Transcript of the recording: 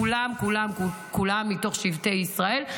כולם-כולם מתוך שבטי ישראל.